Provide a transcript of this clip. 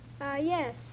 Yes